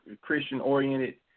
Christian-oriented